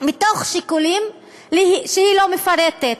מתוך שיקולים שהיא לא מפרטת.